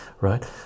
right